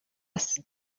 است